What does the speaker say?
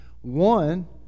One